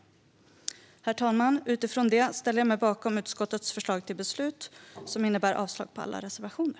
Herr talman! Utifrån det ställer jag mig bakom utskottets förslag till beslut, som innebär avslag på alla reservationer.